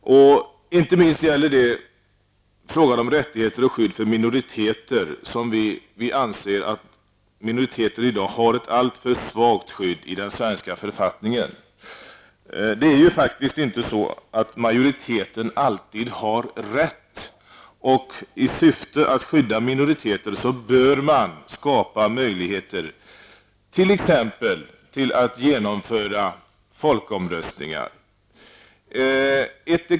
Det gäller inte minst frågan om rättigheter och skydd för minoriteter. Vi anser att minoriteter i dag har ett alltför svagt skydd i den svenska författningen. Majoriteten har inte alltid rätt. I syfte att skydda minoriteter bör man skapa möjligheter t.ex. till att genomföra folkomröstningar.